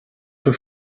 für